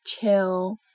chill